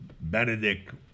Benedict